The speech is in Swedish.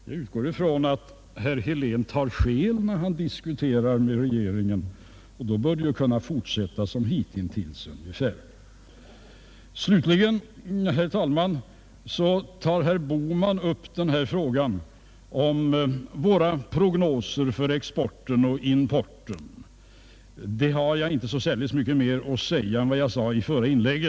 Jag utgår från att herr Helén har skäl när han diskuterar med regeringen — och då bör det kunna fortsätta ungefär som hittills. Slutligen, herr talman, vill jag bemöta vad herr Bohman tog upp om våra prognoser för exporten och importen. Jag har inte så särdeles mycket mer att säga därom än jag sade i mitt förra inlägg.